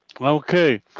Okay